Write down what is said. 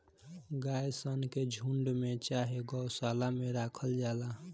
गाय सन के झुण्ड में चाहे गौशाला में राखल जाला